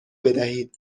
بدهید